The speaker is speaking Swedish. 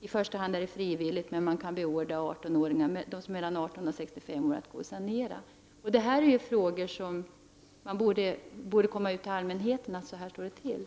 I första hand sker det på frivillig basis, men personer mellan 18 och 65 år kan beordras att sanera. Dessa frågor borde komma till allmänhetens kännedom, och man borde tala om att det står till på det här sättet.